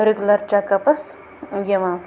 regular checkups یِوان